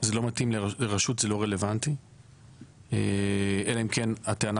לרשות זה לא רלוונטי אלא אם כן הטענה